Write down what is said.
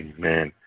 Amen